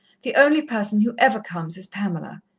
the only person who ever comes is pamela.